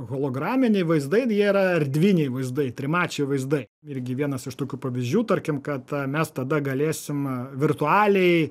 holograminiai vaizdai jie yra erdviniai vaizdai trimačiai vaizdai irgi vienas iš tokių pavyzdžių tarkim kad mes tada galėsim virtualiai